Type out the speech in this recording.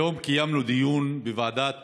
היום קיימנו דיון בוועדת